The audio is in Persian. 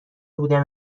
بودم